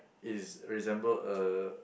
is resembled a